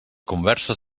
conversa